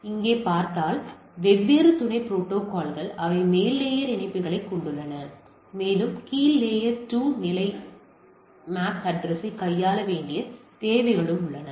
நீங்கள் பார்த்தால் இவை வெவ்வேறு துணை புரோட்டோகால்கள் அவை மேல் லேயர் இணைப்புகளைக் கொண்டுள்ளன மேலும் கீழ் லேயர் 2 நிலை MAC அட்ரஸ் யைக் கையாள வேண்டிய தேவைகளும் உள்ளன